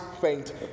faint